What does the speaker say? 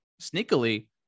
sneakily